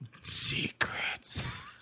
Secrets